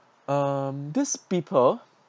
um this people